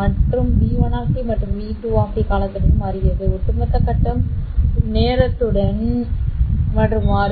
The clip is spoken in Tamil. மற்றும் v1 மற்றும் v2 காலத்துடன் மாறுகிறது ஒட்டுமொத்த கட்டம் நேரத்துடன் மாறும்